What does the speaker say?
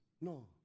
No